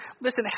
Listen